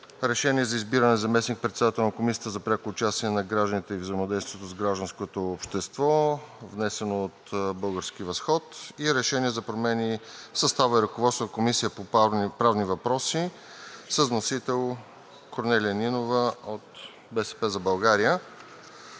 Решение за избиране на заместник-председател на Комисията за прякото участие на гражданите и взаимодействието с гражданското общество, внесено от „Български възход“, и Решение за промени в състава и ръководството на Комисията по правни въпроси с вносител Корнелия Нинова от „БСП за България“.